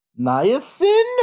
Niacin